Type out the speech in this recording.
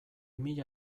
mila